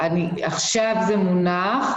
עכשיו זה מונח.